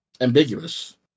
ambiguous